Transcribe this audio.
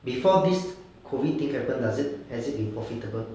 before this COVID thing happen does it has it been profitable